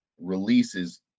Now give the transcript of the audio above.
releases